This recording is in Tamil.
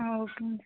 ஆ ஓகேங்க